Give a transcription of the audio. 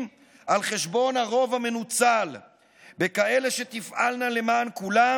על חשבון הרוב המנוצל בכאלה שתפעלנה למען כולם,